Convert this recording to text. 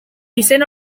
izen